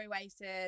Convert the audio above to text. wasted